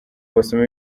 basoma